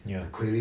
ya